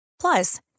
Plus